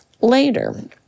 later